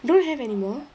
don't have anymore